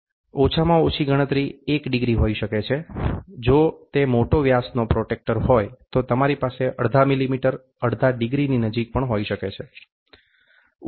ઓછામાં ઓછી ગણતરી 1 ડિગ્રી હોઈ શકે છે જો તે મોટો વ્યાસનો પ્રોટ્રેક્ટર હોય તો તમારી પાસે અડધા મિલીમીટર અડધી ડિગ્રીની નજીક પણ હોઈ શકે છે